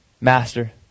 Master